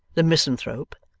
the misanthrope,